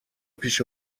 پیش